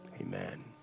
Amen